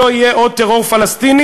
לא יהיה עוד טרור פלסטיני,